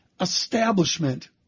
establishment